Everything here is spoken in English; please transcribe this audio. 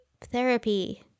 therapy